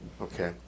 Okay